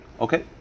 Okay